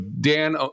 Dan